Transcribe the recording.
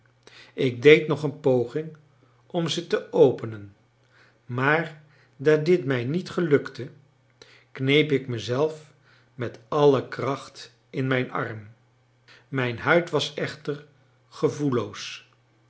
ik deed nog een poging om ze te openen maar daar dit mij niet gelukte kneep ik mezelf met alle kracht in mijn arm mijn huid was echter gevoelloos